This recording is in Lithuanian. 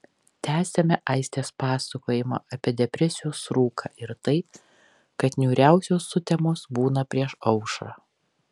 tęsiame aistės pasakojimą apie depresijos rūką ir tai kad niūriausios sutemos būna prieš aušrą